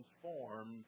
transformed